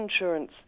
insurance